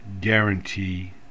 guarantee